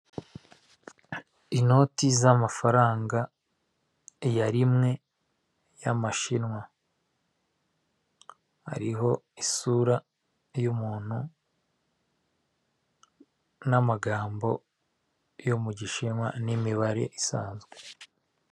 Inoti z'amafaranga ya rimwe y'Amashinwa hariho isura y'umuntu n'amagambo yo mu gishinwa n'imibare isanzwe.